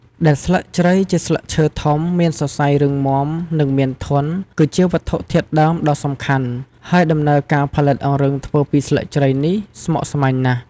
ដែលស្លឹកជ្រៃជាស្លឹកឈើធំ មានសរសៃរឹងមាំ និងមានធន់ គឺជាវត្ថុធាតុដើមដ៏សំខាន់ ហើយដំណើរការផលិតអង្រឹងធ្វើពីស្លឹកជ្រៃនេះស្មុគស្មាញណាស់។